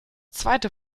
zweite